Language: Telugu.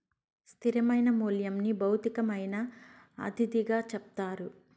స్థిరమైన మూల్యంని భౌతికమైన అతిథిగా చెప్తారు